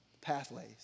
Pathways